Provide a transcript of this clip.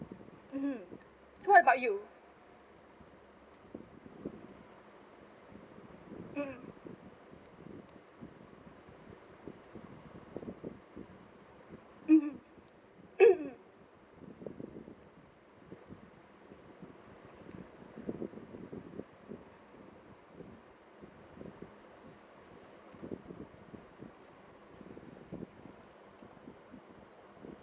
mmhmm so what about you mmhmm mmhmm